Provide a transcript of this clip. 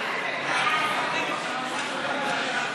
סעיפים 3 5,